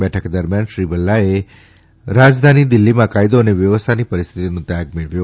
બેઠક દરમિયાન શ્રી ભલ્લાએ રાજધાની દિલ્હીમાં કાયદા અને વ્યવસ્થાની પરિસ્થિતિનો તાગ મેળવ્યો